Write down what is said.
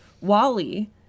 Wally